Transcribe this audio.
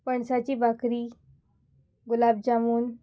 पणसाची बाकरी गुलाब जामून